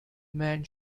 man